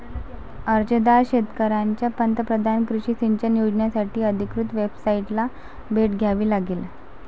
अर्जदार शेतकऱ्यांना पंतप्रधान कृषी सिंचन योजनासाठी अधिकृत वेबसाइटला भेट द्यावी लागेल